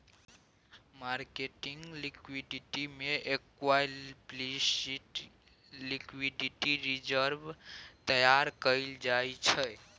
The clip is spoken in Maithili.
मार्केटिंग लिक्विडिटी में एक्लप्लिसिट लिक्विडिटी रिजर्व तैयार कएल जाइ छै